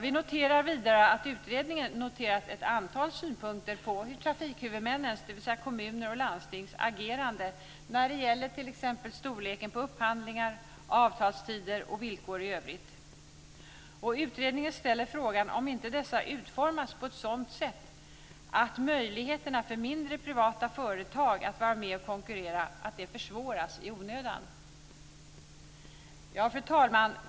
Vi noterar vidare att utredningen haft ett antal synpunkter på trafikhuvudmännens, dvs. kommuners och landstings, agerande när det gäller t.ex. storleken på upphandlingar, avtalstider och villkor i övrigt. Utredningen ställer frågan om inte dessa utformas på ett sådant sätt att möjligheterna för mindre privata företag att vara med och konkurrera försvåras i onödan. Fru talman!